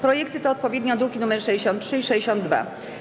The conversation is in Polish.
Projekty to odpowiednio druki nr 63 i 62.